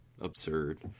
absurd